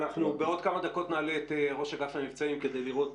אנחנו בעוד כמה דקות נעלה את ראש אגף המבצעים כדי לראות